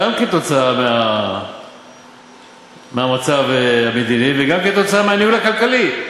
גם כתוצאה מהמצב המדיני וגם כתוצאה מהניהול הכלכלי,